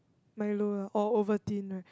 Milo lah oh Ovaltine right